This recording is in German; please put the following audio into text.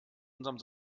unserem